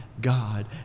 God